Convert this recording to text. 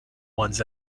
ones